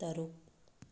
ꯇꯔꯨꯛ